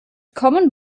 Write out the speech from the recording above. common